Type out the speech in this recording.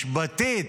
משפטית,